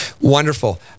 Wonderful